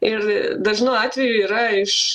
ir dažnu atveju yra iš